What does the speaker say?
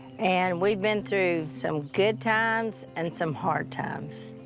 and we've been through some good times and some hard times.